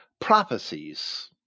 prophecies